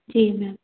जी ma'am